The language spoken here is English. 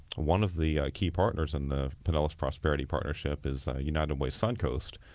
one of the key partners in the pinellas prosperity partnership is united way suncoast.